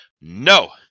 no